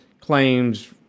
claims